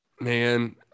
Man